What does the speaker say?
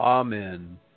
Amen